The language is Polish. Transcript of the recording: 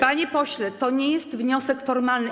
Panie pośle, to nie jest wniosek formalny.